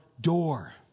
door